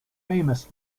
famous